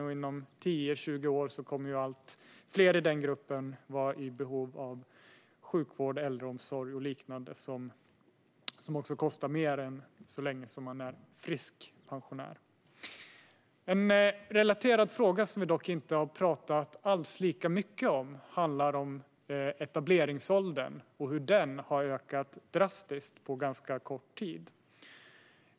Inom 10-20 år kommer allt fler i den gruppen även att vara i behov av sjukvård, äldreomsorg och liknande, vilket kostar mer än när de är friska pensionärer. En relaterad fråga som vi dock inte har talat alls lika mycket om är etableringsåldern och att den har höjts drastiskt på ganska kort tid.